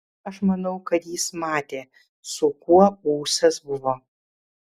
aš manau kad jis matė su kuo ūsas buvo